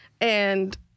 and-